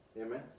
Amen